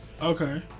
Okay